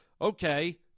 okay